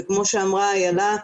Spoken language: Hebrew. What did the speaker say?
וכמו שאמרה אילה,